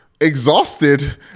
exhausted